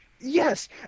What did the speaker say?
Yes